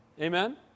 Amen